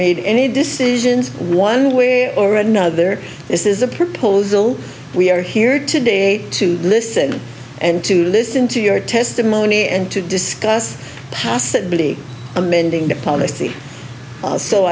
made any decisions one way or another this is a proposal we are here today to listen and to listen to your testimony and to discuss possibly amending the policy